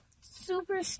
super